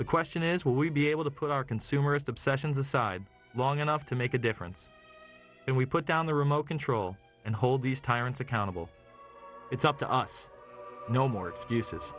the question is will we be able to put our consumers the sessions aside long enough to make a difference and we put down the remote control and hold these tyrants accountable it's up to us no more excuses